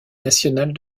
nationale